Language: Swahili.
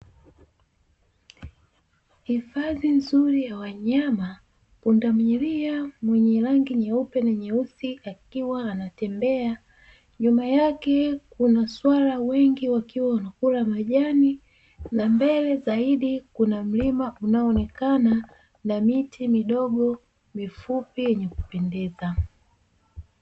Hifadhi nzuri ya wanyama, pundamilia mwenye rangi nyeupe na nyeusi akiwa anatembea, nyuma yake kuna swala wengi wakiwa wanakula majani na mbele zaidi kuna mlima unaoonekana na miti midogo mifupi yenye kupendeza.